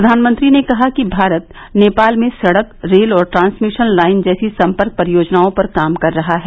प्रधानमंत्री ने कहा कि भारत नेपाल में सड़क रेल और ट्रांसमिशन लाइन जैसी सम्पर्क परियोजनाओं पर काम कर रहा है